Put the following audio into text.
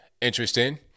Interesting